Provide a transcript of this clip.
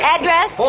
Address